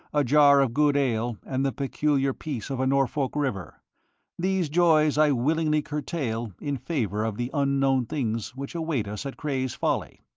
a jar of good ale, and the peculiar peace of a norfolk river these joys i willingly curtail in favour of the unknown things which await us at cray's folly.